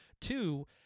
Two